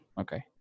Okay